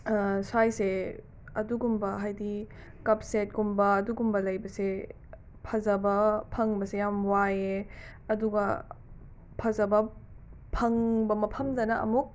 ꯁ꯭ꯋꯥꯏꯁꯦ ꯑꯗꯨꯒꯨꯝꯕ ꯍꯥꯏꯗꯤ ꯀꯞ ꯁꯦꯠꯀꯨꯝꯕ ꯑꯗꯨꯒꯨꯝꯕ ꯂꯩꯕꯁꯦ ꯐꯖꯕ ꯐꯪꯕꯁꯦ ꯌꯥꯝ ꯋꯥꯏꯌꯦ ꯑꯗꯨꯒ ꯐꯖꯕ ꯐꯪꯕ ꯃꯐꯝꯗꯅ ꯑꯃꯨꯛ